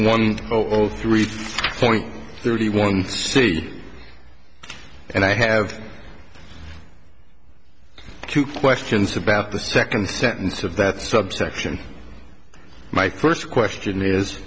one o three point thirty one city and i have two questions about the second sentence of that subsection my first question is